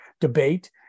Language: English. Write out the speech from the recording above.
debate